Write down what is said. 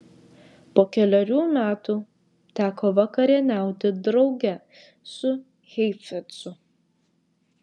po kelerių metų teko vakarieniauti drauge su heifetzu